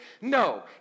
No